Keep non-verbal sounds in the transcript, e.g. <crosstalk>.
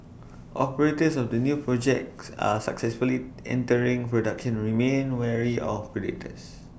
<noise> operators of the new projects are successfully entering production remain wary of predators